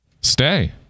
stay